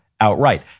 outright